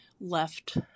left